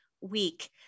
week